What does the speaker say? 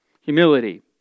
Humility